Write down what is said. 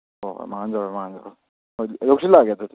ꯍꯣ ꯍꯣꯏ ꯃꯥꯡꯍꯟꯖꯔꯣꯏ ꯃꯥꯡꯍꯟꯖꯔꯣꯏ ꯑꯗꯨꯗꯤ ꯌꯧꯁꯤꯜꯂꯛꯑꯒꯦ ꯑꯗꯨꯗꯤ